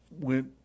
went